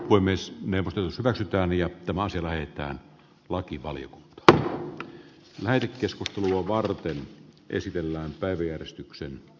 voi myös neuvotella vältetään ja tämä on sellainen on lakivalio tyttö tai keskustelua varten esitellään päivi merkityksen